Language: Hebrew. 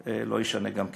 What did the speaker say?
זה לא ישנה גם כן.